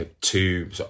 two